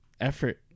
effort